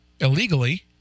illegally